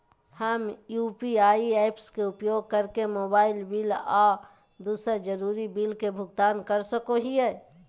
हमनी UPI apps के उपयोग करके मोबाइल बिल आ दूसर जरुरी बिल के भुगतान कर सको हीयई